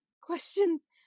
questions